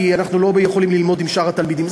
אנחנו לא יכולים ללמוד עם שאר התלמידים.